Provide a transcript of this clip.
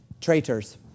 traitors